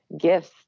gifts